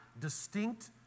distinct